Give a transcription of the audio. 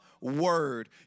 word